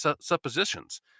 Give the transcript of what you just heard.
suppositions